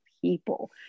people